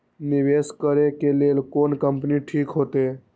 निवेश करे के लेल कोन कंपनी ठीक होते?